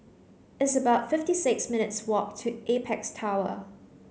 it's about fifty six minutes' walk to Apex Tower